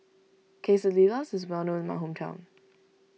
Quesadillas is well known in my hometown